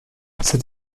cet